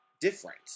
different